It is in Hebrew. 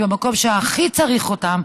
במקום שהכי צריך אותם,